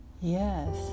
Yes